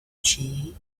she